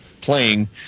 playing